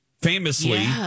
famously